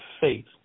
faith